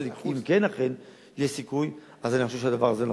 אבל אם אכן יש סיכוי, אז אני